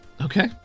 Okay